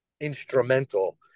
instrumental